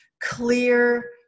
clear